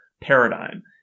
paradigm